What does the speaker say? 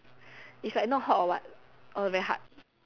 it's like not hot or what or very hard